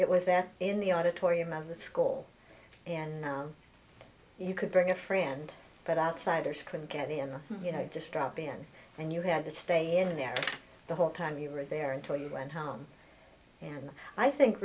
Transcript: it was there in the auditorium of the school and you could bring a friend but outsiders couldn't carry on or you know just drop in and you had to stay in there the whole time you were there until you went home i think